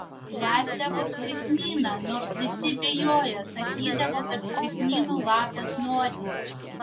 leisdavo strichniną nors visi bijojo sakydavo kad strichninu lapes nuodija